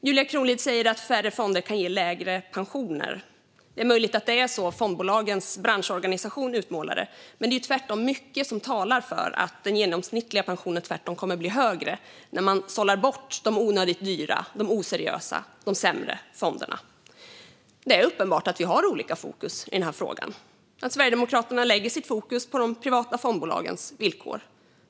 Julia Kronlid säger att färre fonder kan ge lägre pensioner. Det är möjligt att det är så fondbolagens branschorganisation utmålar det. Men det är mycket som talar för att den genomsnittliga pensionen tvärtom kommer att bli högre när man sållar bort de onödigt dyra, de oseriösa och de sämre fonderna. Det är uppenbart att vi har olika fokus i den här frågan. Sverigedemokraterna lägger sitt fokus på de privata fondbolagens villkor.